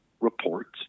reports